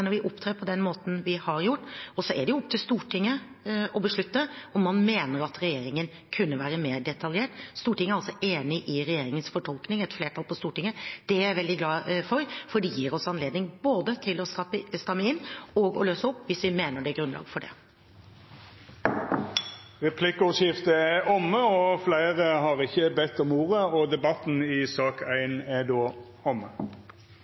vi opptrer på den måten vi har gjort, og så er det opp til Stortinget å beslutte om man mener at regjeringen kunne være mer detaljert. Stortinget – et flertall på Stortinget – er enig i regjeringens fortolkning. Det er jeg veldig glad for, for det gir oss anledning til både å stramme inn og å løse opp hvis vi mener det er grunnlag for det. Replikkordskiftet er omme. Fleire har ikkje bedt om ordet til sak nr. 1. Fremskrittspartiet har en